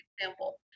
example